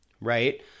right